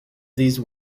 these